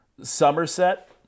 Somerset